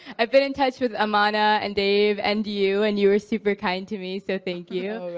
i've been in touch with amana and dave and you, and you were super kind to me, so thank you.